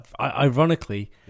ironically